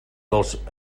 dels